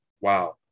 Wow